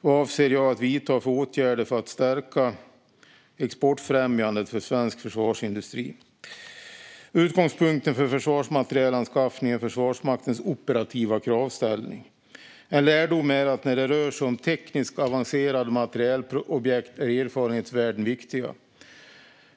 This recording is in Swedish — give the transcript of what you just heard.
Avser jag att vidta några åtgärder för att stärka exportfrämjandet för svensk försvarsindustri? Utgångspunkten för försvarsmaterielanskaffningen är Försvarsmaktens operativa kravställning. En lärdom är att när det rör sig om tekniskt avancerade materielobjekt är erfarenhetsvärden viktiga.